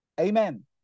Amen